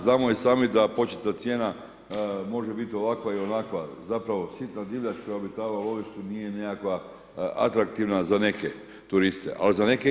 Znamo i sami da početna cijena može biti ovakva i onakva, zapravo sitna divljač koja obitava u lovištima nije nekakva atraktivna za neke turiste, al za neke je.